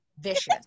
vicious